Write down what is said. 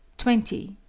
twenty.